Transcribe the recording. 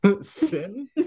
Sin